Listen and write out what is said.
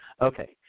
Okay